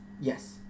yes